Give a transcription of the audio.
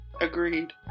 Agreed